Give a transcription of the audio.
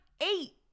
eight